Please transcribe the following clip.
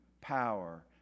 power